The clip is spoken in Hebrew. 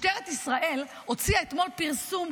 משטרת ישראל הוציאה אתמול פרסום.